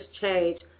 change